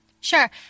sure